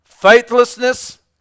faithlessness